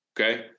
okay